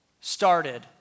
started